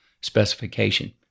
specification